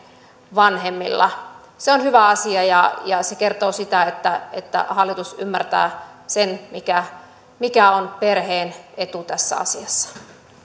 vanhemmilla se on hyvä asia ja ja se kertoo siitä että hallitus ymmärtää sen mikä mikä on perheen etu tässä asiassa